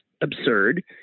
absurd